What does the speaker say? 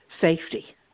safety